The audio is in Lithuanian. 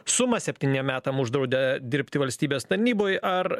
sumą septyniem metam uždraudė dirbti valstybės tarnyboje ar